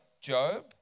Job